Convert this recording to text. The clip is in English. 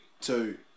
Two